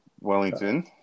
Wellington